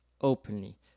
openly